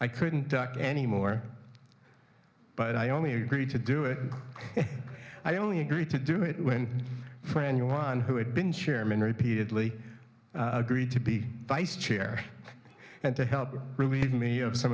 i couldn't talk any more but i only agreed to do it i only agreed to do it when for anyone who had been chairman repeatedly agreed to be vice chair and to help relieve me of some